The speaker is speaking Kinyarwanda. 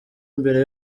imbere